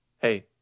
Hey